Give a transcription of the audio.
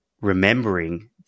Remembering